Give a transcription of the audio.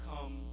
come